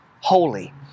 holy